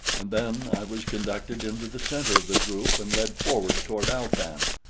and then i was conducted into the center of the group and led forward toward al-tan.